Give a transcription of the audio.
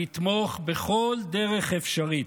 לתמוך בכל דרך אפשרית.